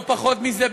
לא פחות מזה,